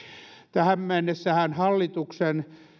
tähän mennessähän hallituksen